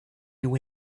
you